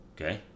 Okay